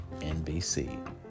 NBC